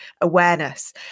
awareness